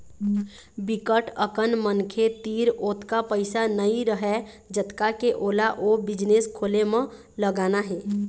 बिकट अकन मनखे तीर ओतका पइसा नइ रहय जतका के ओला ओ बिजनेस खोले म लगाना हे